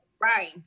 right